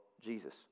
Jesus